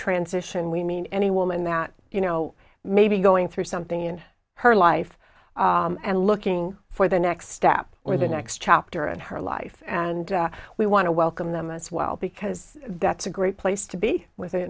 transition we mean any woman that you know may be going through something in her life and looking for the next step or the next chapter in her life and we want to welcome them as well because that's a great place to be with